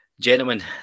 gentlemen